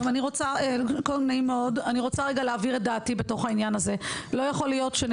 ואני גם רוצה להדגיש ש-7% מהם